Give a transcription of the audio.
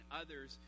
others